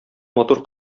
матур